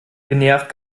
genervt